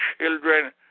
children